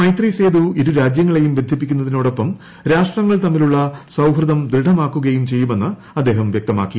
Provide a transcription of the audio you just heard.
മൈത്രി സേതു ഇരുരാജ്യങ്ങളേയും ബന്ധിപ്പിക്കുന്നതിനോടൊപ്പം രാഷ്ട്രങ്ങൾ തമ്മിലുള്ള സൌഹൃദം ദൃഢമാക്കുകയും ചെയ്യുമെന്ന് അദ്ദേഹം വ്യക്തമാക്കി